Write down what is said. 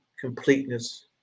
completeness